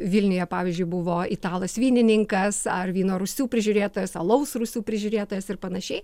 vilniuje pavyzdžiui buvo italas vynininkas ar vyno rūsių prižiūrėtojas alaus rūsių prižiūrėtojas ir panašiai